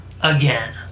again